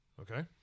okay